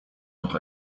nach